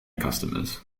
customers